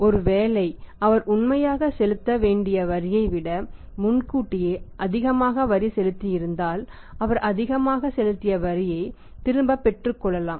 ஒருவேளை அவர் உண்மையாக செலுத்த வேண்டிய வரியைவிட முன்கூட்டியே அதிகமாக வரி செலுத்தியிருந்தால் அவர் அதிகமாக செலுத்திய வரியை திரும்பப் பெற்றுக்கொள்ளலாம்